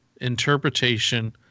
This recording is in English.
interpretation